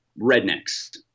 rednecks